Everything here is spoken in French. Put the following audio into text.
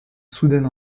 soudaine